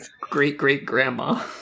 great-great-grandma